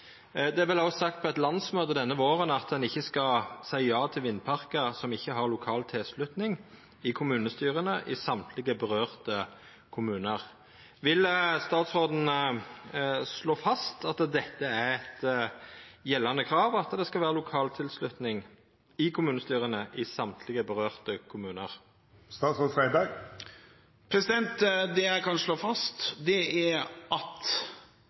Det er vel òg sagt på eit landsmøte denne våren at ein ikkje skal seia ja til vindparkar som ikkje har lokal tilslutning i kommunestyra i alle dei kommunane det gjeld. Vil statsråden slå fast at dette er eit gjeldande krav, at det skal vera lokal tilslutning i kommunestyra i alle dei kommunane det gjeld? Det jeg kan slå fast, er at